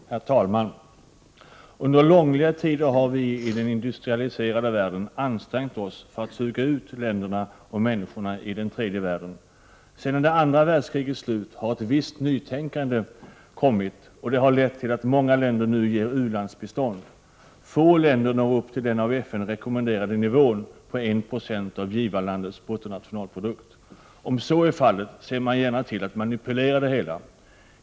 Herr talman! Under långliga tider har vi i den industrialiserade världen ansträngt oss för att suga ut länderna och människorna i den tredje världen. Sedan det andra världskrigets slut har ett visst nytänkande kommit, och det harlett till att många länder nu ger u-landsbistånd. Få länder når upp till den av FN rekommenderade nivån på 1 90 av givarlandets bruttonationalprodukt. Om så är fallet ser man gärna till att manipulera det hela.